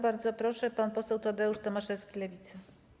Bardzo proszę, pan poseł Tadeusz Tomaszewski, Lewica.